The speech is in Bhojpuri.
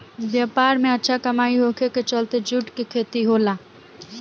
व्यापार में अच्छा कमाई होखे के चलते जूट के खेती होला